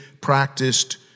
practiced